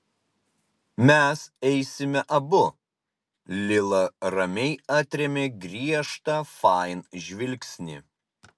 mes eisime abu lila ramiai atrėmė griežtą fain žvilgsnį